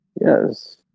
Yes